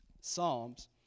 Psalms